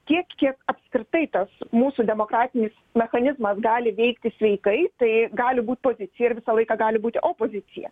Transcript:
tiek kiek apskritai tas mūsų demokratinis mechanizmas gali veikti sveikai tai gali būt pozicija ir visą laiką gali būti opozicija